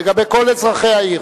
לגבי כל אזרחי העיר.